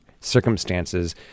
circumstances